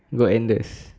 you got Andes